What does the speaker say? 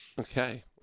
okay